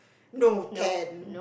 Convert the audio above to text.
no ten